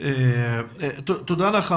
תודה לך.